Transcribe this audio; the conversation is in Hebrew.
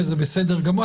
וזה בסדר גמור.